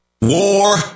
War